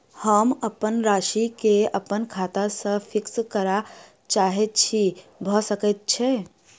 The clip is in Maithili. हम अप्पन राशि केँ अप्पन खाता सँ फिक्स करऽ चाहै छी भऽ सकै छै?